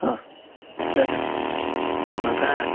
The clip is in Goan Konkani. हां जाता म्हाका